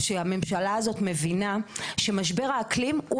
שהממשלה הזאת מבינה שמשבר האקלים הוא